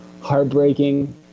heartbreaking